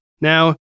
Now